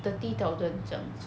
thirty thousand 这样